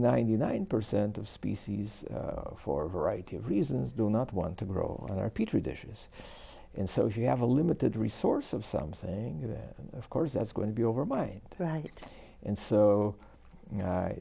ninety nine percent of species for a variety of reasons do not want to grow on our petri dishes and so if you have a limited resource of something that of course that's going to be over mind right and so